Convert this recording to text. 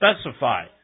specify